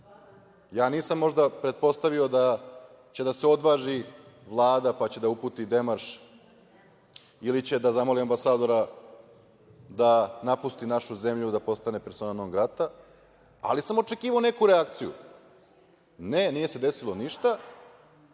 nisam možda pretpostavio da će da se odvaži Vlada, pa će da uputi demarš ili će da zamoli ambasadora da napusti našu zemlju, da postane persona non-grata, ali sam očekivao neku reakciju. Ne, nije se desilo ništa,